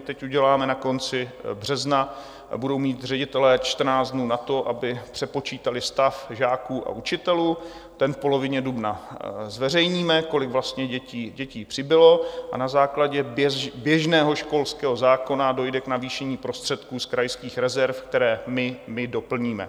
Teď na konci března budou mít ředitelé čtrnáct dnů na to, aby přepočítali stav žáků a učitelů, ten v polovině dubna zveřejníme, kolik vlastně dětí přibylo, a na základě běžného školského zákona dojde k navýšení prostředků z krajských rezerv, které my doplníme.